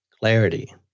Clarity